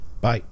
bye